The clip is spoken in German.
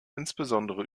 insbesondere